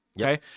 Okay